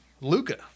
Luca